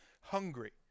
hungry